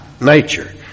nature